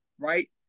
Right